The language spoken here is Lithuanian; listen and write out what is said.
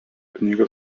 knygą